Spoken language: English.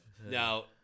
Now